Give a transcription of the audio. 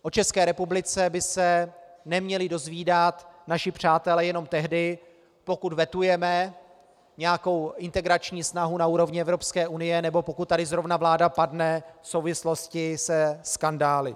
O České republice by se neměli naši přátelé dozvídat jenom tehdy, pokud vetujeme nějakou integrační snahu na úrovni Evropské unie nebo pokud tady zrovna vláda padne v souvislosti se skandály.